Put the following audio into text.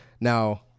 now –